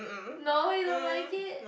no you don't like it